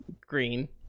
Green